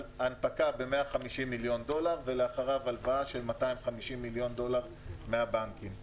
הנפקה ב-150 מיליון דולר ולאחריו הלוואה של 250 מיליון דולר מהבנקים.